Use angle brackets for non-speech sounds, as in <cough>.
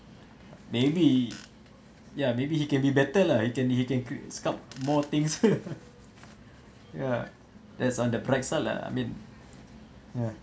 maybe ya maybe he can be better lah he can he can cr~ sculpt more things <laughs> ya that's on the bright side lah I mean ya